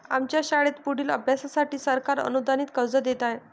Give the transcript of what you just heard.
आमच्या शाळेत पुढील अभ्यासासाठी सरकार अनुदानित कर्ज देत आहे